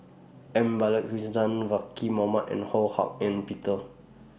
M Balakrishnan Zaqy Mohamad and Ho Hak Ean Peter